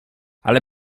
ale